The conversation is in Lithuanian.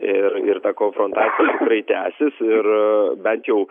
ir ir ta konfrontacija tikrai tęsis ir bent jau